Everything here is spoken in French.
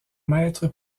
maître